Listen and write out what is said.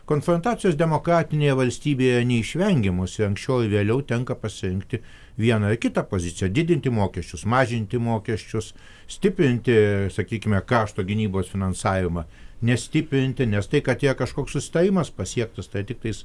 konfrontacijos demokratinėje valstybėje neišvengiamos ir anksčiau ar vėliau tenka pasirinkti vieną ar kitą poziciją didinti mokesčius mažinti mokesčius stiprinti sakykime krašto gynybos finansavimą nestiprinti nes tai kad yra kažkoks susitarimas pasiektas tai tiktais